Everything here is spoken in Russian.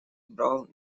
брал